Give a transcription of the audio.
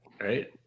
right